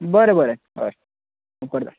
बरे बरे हय उपकरता हय